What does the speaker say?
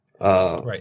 Right